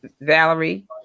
Valerie